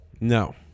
No